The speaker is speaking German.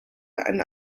eine